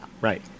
Right